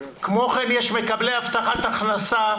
כמו כן יש מקבלי הבטחת הכנסה.